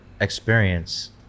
experience